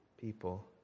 people